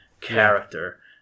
character